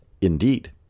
Indeed